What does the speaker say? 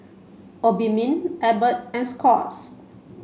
Obimin Abbott and Scott's